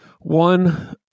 One